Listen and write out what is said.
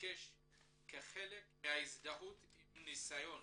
וביקש כחלק מההזדהות עם ניסיון